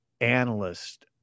analyst